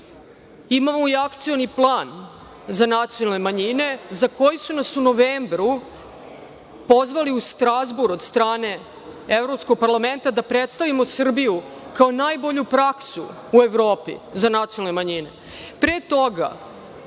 Imamo i Akcioni plan za nacionalne manjine, za koji su nas u novembru pozvali u Strazbur od strane Evropskog parlamenta da predstavimo Srbiju kao najbolju praksu u Evropi za nacionalne manjine.